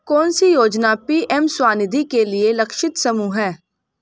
कौन सी योजना पी.एम स्वानिधि के लिए लक्षित समूह है?